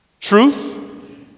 Truth